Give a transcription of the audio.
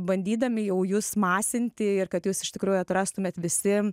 bandydami jau jus masinti ir kad jūs iš tikrųjų atrastumėt visi